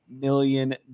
million